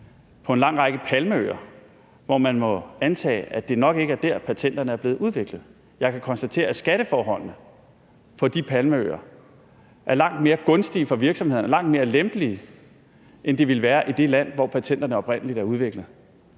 på en lang række palmeøer, hvor man må antage, at det nok ikke er dér, patenterne er blevet udviklet. Jeg kan konstatere, at skatteforholdene på de palmeøer er langt mere gunstige for virksomhederne og langt mere lempelige, end de ville være i det land, hvor patenterne oprindeligt er udviklet.